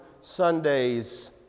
Sundays